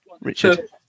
Richard